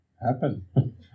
happen